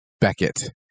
Beckett